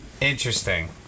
Interesting